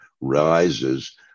rises